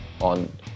on